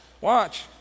watch